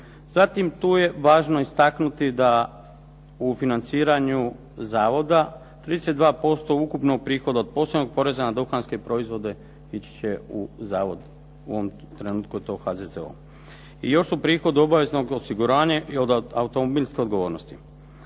Zatim tu je važno istaknuti da u financiranju zavoda 32% ukupnog prigoda od posebnog poreza na duhanske proizvode ići će u zavod. U ovom trenutku je to HZZO. I još su prihod obaveznog osiguranje i od automobilske odgovornosti.